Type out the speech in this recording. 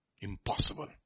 Impossible